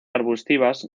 arbustivas